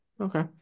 Okay